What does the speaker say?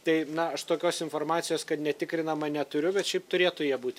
tai na aš tokios informacijos kad netikrinama neturiu bet šiaip turėtų jie būti